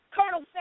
Colonel